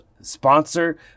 sponsor